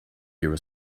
you’re